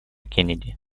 кеннеди